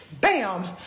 bam